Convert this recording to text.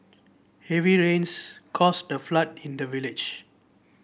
heavy rains caused a flood in the village